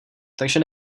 takže